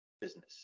business